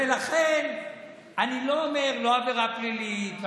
ולכן אני לא אומר עבירה פלילית,